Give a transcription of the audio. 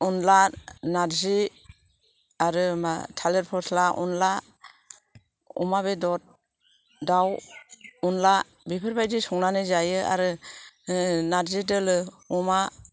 अनला नारजि आरो मा थालिर फस्ला अनला अमा बेदर दाउ अनला बेफोर बायदि संनानै जायो आरो नारजि दोलो अमा